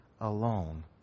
alone